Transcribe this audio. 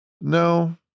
No